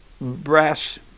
brass